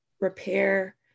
repair